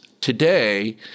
today